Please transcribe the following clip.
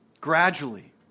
Gradually